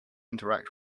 interact